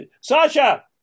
Sasha